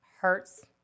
hurts